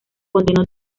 condenó